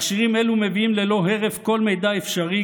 מכשירים אלו מביאים ללא הרף כל מידע אפשרי,